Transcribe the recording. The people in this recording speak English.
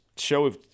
show